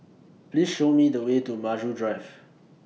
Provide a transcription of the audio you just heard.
Please Show Me The Way to Maju Drive